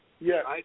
Yes